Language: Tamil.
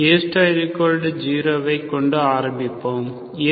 A0 ஐ கொண்டு ஆரம்பிக்கலாம்